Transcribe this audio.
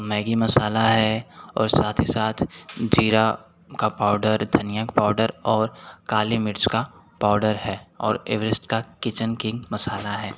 Maggi masala है और साथ ही साथ जीरा का पाउडर धनियाँ क पाउडर और काली मिर्च का पाउडर है और एवरेस्ट का किचन किंग मसाला है